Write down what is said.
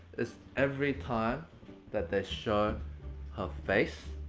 is every time that they show her face,